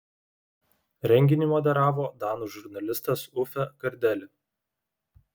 renginį moderavo danų žurnalistas uffe gardeli